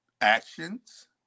actions